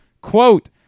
Quote